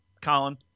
Colin